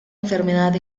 enfermedad